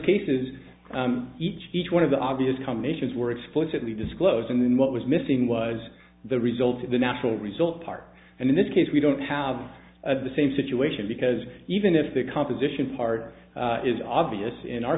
cases each each one of the obvious come nations were explicitly disclosed and then what was missing was the result of the natural result part and in this case we don't have the same situation because even if the composition part is obvious in our